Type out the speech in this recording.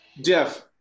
Jeff